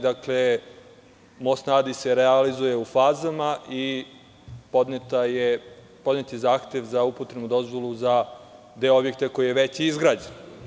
Dakle, most na Adi se realizuje u fazama i podnet je zahtev za upotrebnu dozvolu za deo objekta koji je već izgrađen.